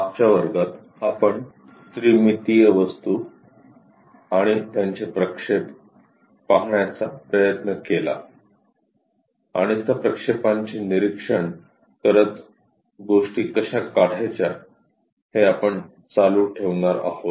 मागच्या वर्गात आपण त्रिमितीय वस्तू आणि त्यांचे प्रक्षेप पाहण्याचा प्रयत्न केला आणि त्या प्रक्षेपांचे निरिक्षण करत गोष्टी कशा काढायच्या हे आपण चालू ठेवणार आहोत